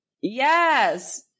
Yes